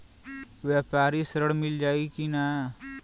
व्यापारी ऋण मिल जाई कि ना?